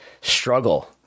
struggle